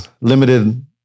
limited